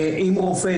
עם רופא,